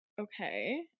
okay